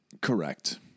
Correct